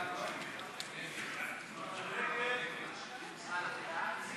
סעיפים 1 13